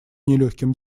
нелегким